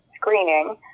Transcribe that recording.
screening